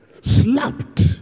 slapped